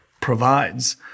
provides